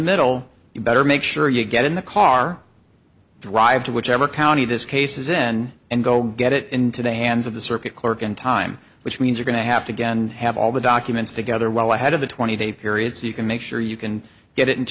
middle you better make sure you get in the car drive to whichever county this case is in and go get it into the hands of the circuit clerk and time which means are going to have to get and have all the documents together well ahead of the twenty day period so you can make sure you can get it into